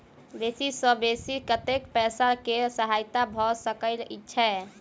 बेसी सऽ बेसी कतै पैसा केँ सहायता भऽ सकय छै?